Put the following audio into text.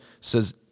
says